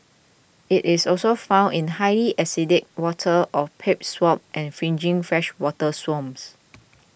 it is also found in highly acidic waters of peat swamps and fringing freshwater swamps